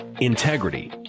integrity